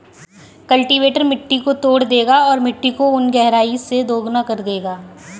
cultivator मिट्टी को तोड़ देगा और मिट्टी को उन गहराई से दोगुना कर देगा